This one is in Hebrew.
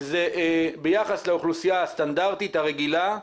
ביחס לאוכלוסייה הסטנדרטית הרגילה,